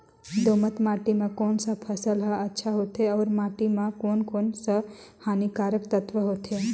दोमट माटी मां कोन सा फसल ह अच्छा होथे अउर माटी म कोन कोन स हानिकारक तत्व होथे?